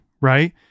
right